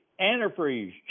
antifreeze